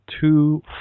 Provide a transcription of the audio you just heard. two